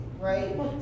right